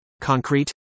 concrete